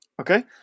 okay